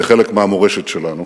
כחלק מהמורשת שלנו.